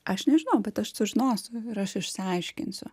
aš nežinau bet aš sužinosiu ir aš išsiaiškinsiu